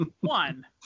One